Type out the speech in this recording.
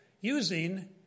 using